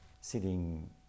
sitting